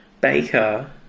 Baker